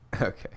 okay